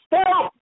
Stop